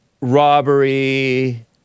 Robbery